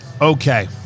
Okay